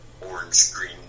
orange-green